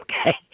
Okay